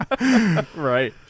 right